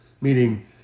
Meaning